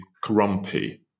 grumpy